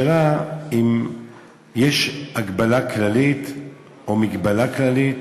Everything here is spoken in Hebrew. השאלה אם יש הגבלה כללית או מגבלה כללית.